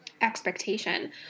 expectation